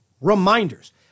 reminders